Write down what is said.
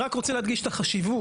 אני רק רוצה להדגיש את החשיבות,